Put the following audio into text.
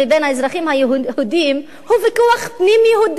האזרחים היהודים הוא ויכוח פנים-יהודי.